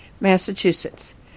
Massachusetts